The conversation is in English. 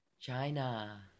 China